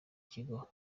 kigo